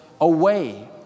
away